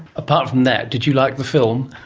apart from that, did you like the film?